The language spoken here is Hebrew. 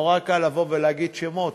נורא קל לבוא ולהגיד שמות,